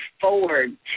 forward